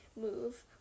move